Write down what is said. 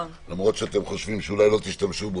למרות שאתם חושבים שאולי לא תשתמשו בו